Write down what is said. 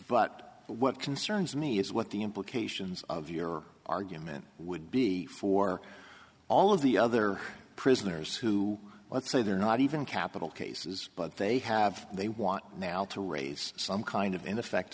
but what concerns me is what the implications of your argument would be for all of the other prisoners who let's say they're not even capital cases but they have they want now to raise some kind of in